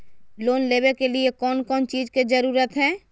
Loan लेबे के लिए कौन कौन चीज के जरूरत है?